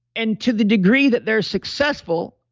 and to the degree that they're successful,